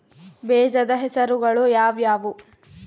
ಬೇಜದ ಹೆಸರುಗಳು ಯಾವ್ಯಾವು?